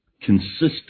consistent